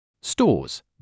Stores